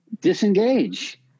Disengage